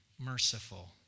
merciful